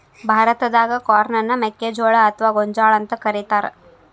ಭಾರತಾದಾಗ ಕಾರ್ನ್ ಅನ್ನ ಮೆಕ್ಕಿಜೋಳ ಅತ್ವಾ ಗೋಂಜಾಳ ಅಂತ ಕರೇತಾರ